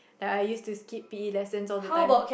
I I used to skip P_E lessons all the time